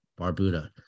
Barbuda